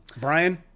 Brian